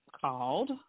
called